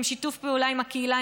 בשיתוף פעולה עם הקהילה,